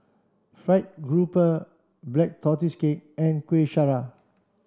fried grouper black tortoise cake and Kuih Syara